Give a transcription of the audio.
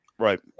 Right